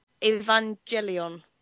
Evangelion